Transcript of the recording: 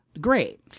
great